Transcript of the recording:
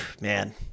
man